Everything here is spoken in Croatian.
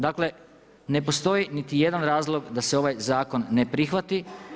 Dakle, ne postoji niti jedan razlog da se ovaj zakon ne prihvati.